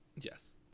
Yes